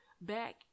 back